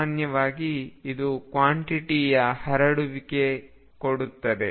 ಸಾಮಾನ್ಯವಾಗಿ ಇದು ಕ್ವಾಂಟಿಟಿಯ ಹರಡುವಿಕೆಯನ್ನು ಕೊಡುತ್ತದೆ